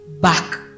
back